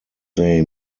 they